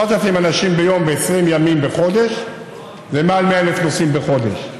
7,000 אנשים ביום ב-20 ימים בחודש זה מעל 100,000 נוסעים בחודש,